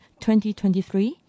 2023